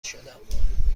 شدم